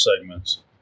segments